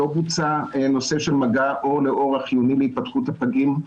לא בוצע נושא של מגע עור לעור החיוני להתפתחות הפגים,